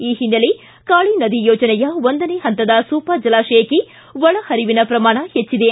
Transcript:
ಈ ಹಿನ್ನೆಲೆ ಕಾಳಿ ನದಿ ಯೋಜನೆಯ ಒಂದನೇ ಪಂತದ ಸೂಪಾ ಜಲಾಶಯಕ್ಕೆ ಒಳ ಪರಿವಿನ ಪ್ರಮಾಣ ಹೆಜ್ಜಿದೆ